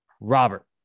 Robert